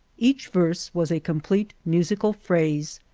each verse was a complete musical phrase,